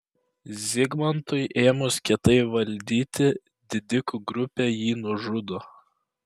zigmantui ėmus kietai valdyti didikų grupė jį nužudo